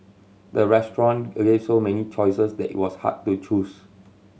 the restaurant so many choices that it was hard to choose